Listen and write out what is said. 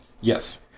Yes